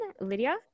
Lydia